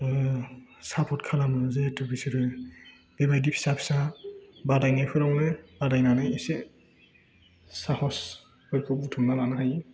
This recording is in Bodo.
सापर्ट खालामो जिहेथु बिसोरो बेबायदि फिसा फिसा बादायनायफोरावनो बादायनानै इसे साहसफोरखौ बुथुमना लानो हायो